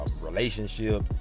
relationship